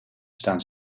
staan